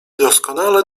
doskonale